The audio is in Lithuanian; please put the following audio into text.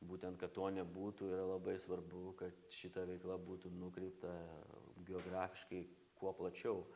būtent kad to nebūtų yra labai svarbu kad šita veikla būtų nukreipta geografiškai kuo plačiau